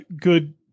good